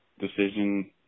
decision